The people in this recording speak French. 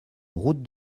route